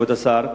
כבוד השר,